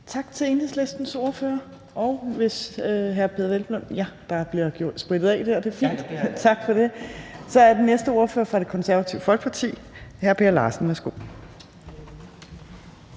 Tak til Enhedslistens ordfører, og der bliver sprittet af. Det er fint, tak for det. Så er den næste ordføreren fra Det Konservative Folkeparti. Hr. Per Larsen, værsgo.